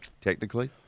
technically